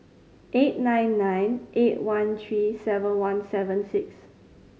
eight nine nine eight one three seven one seven six